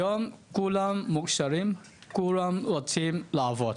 היום כולם מאושרים, כולם רוצים לעבוד.